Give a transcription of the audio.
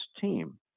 team